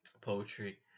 poetry